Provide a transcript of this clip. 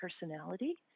personality